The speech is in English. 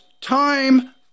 time